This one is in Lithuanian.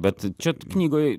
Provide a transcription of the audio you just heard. bet čia knygoj